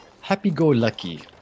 happy-go-lucky